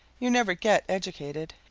you never get educated.